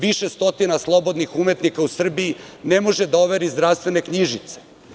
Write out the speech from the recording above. Više stotina slobodnih umetnika u Srbiji ne može da overi zdravstvene knjižice.